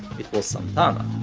it was santana,